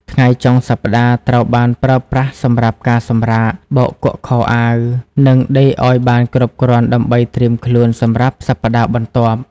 ថ្ងៃចុងសប្ដាហ៍ត្រូវបានប្រើប្រាស់សម្រាប់ការសម្រាក បោកគក់ខោអាវ និងដេកឱ្យបានគ្រប់គ្រាន់ដើម្បីត្រៀមខ្លួនសម្រាប់សប្ដាហ៍បន្ទាប់។